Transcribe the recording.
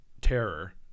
terror